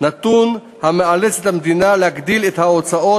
נתון המאלץ את המדינה להגדיל את ההוצאות